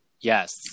Yes